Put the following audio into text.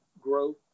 growth